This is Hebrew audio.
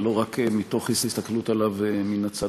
ולא רק מתוך הסתכלות עליו מן הצד.